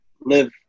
live